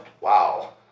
Wow